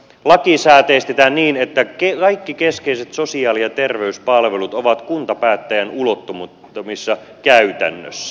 lakisääteistetään niin että kaikki keskeiset sosiaali ja terveyspalvelut ovat kuntapäättäjän ulottumattomissa käytännössä